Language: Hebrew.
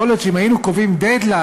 יכול להיות שאם היינו קובעים "דד-ליין"